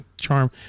charm